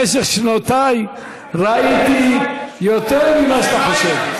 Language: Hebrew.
במשך שנותיי ראיתי יותר ממה שאתה חושב.